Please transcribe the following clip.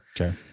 Okay